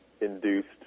induced